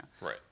Right